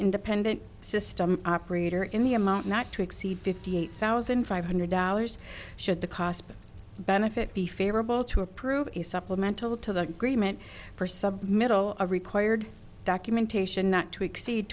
independent system operator in the amount not to exceed fifty eight thousand five hundred dollars should the cost benefit be favorable to approve a supplemental to the agreement for submittal a required documentation not to exceed